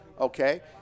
okay